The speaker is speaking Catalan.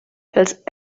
els